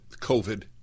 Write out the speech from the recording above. covid